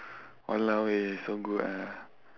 !walao! wei so good ah